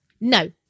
No